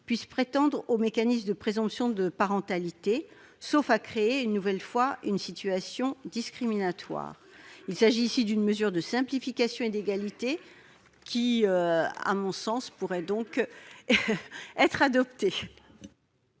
puissent prétendre au mécanisme de présomption de parentalité, sauf à créer une nouvelle fois une situation discriminatoire. Il s'agit ici d'une mesure de simplification et d'égalité. Quel est l'avis de la